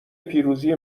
پیروزی